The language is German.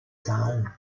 zahlen